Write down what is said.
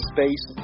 Space